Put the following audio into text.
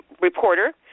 reporter